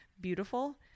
beautiful